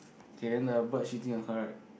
okay then the bird shitting on her right